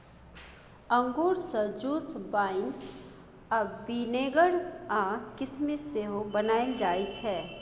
अंगुर सँ juice, wine, vinegar आ किसमिस सेहो बनाएल जाइ छै